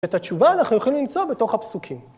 את התשובה אנחנו יכולים למצוא בתוך הפסוקים.